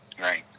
Right